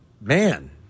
man